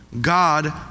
God